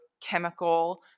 chemical